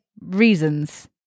reasons